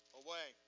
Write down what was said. away